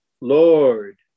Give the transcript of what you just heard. Lord